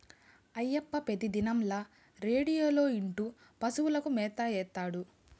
అయ్యప్ప పెతిదినంల రేడియోలో ఇంటూ పశువులకు మేత ఏత్తాడు